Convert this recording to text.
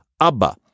abba